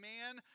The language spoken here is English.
man